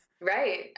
right